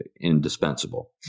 indispensable